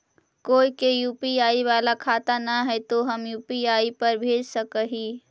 कोय के यु.पी.आई बाला खाता न है तो हम यु.पी.आई पर भेज सक ही?